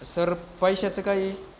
sir पैशाचं काही